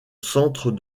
centre